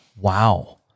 Wow